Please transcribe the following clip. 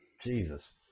Jesus